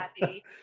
happy